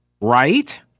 right